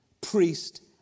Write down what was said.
priest